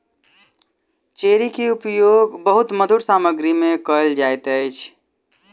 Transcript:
cherry के उपयोग बहुत मधुर सामग्री में कयल जाइत अछि